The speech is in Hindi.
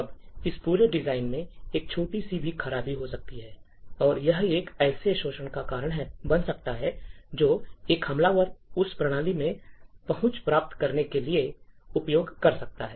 अब इस पूरे डिजाइन में एक छोटी सी भी खराबी हो सकती है और यह एक ऐसे शोषण का कारण बन सकता है जो एक हमलावर उस प्रणाली में पहुंच प्राप्त करने के लिए उपयोग कर सकता है